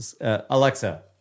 Alexa